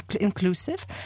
inclusive